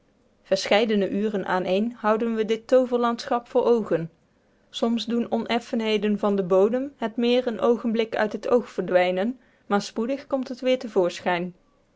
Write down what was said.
verscheidene uren aaneen houden we dit tooverlandschap voor oogen soms doen oneffenheden van den bodem het meer een oogenblik uit het oog verdwijnen maar spoedig komt het weer